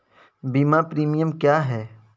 बीमा प्रीमियम क्या है?